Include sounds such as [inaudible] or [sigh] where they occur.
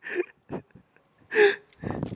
[laughs]